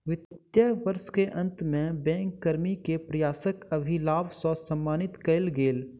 वित्तीय वर्ष के अंत में बैंक कर्मी के प्रयासक अधिलाभ सॅ सम्मानित कएल गेल